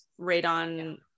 radon